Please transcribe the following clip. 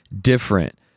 different